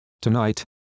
tonight